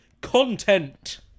content